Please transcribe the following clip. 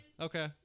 Okay